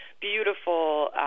beautiful